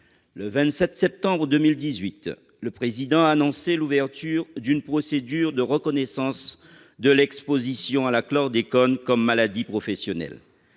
Le 27 septembre 2018, le Président de la République a annoncé l'ouverture d'une procédure de reconnaissance de l'exposition à la chlordécone comme maladie professionnelle.